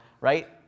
right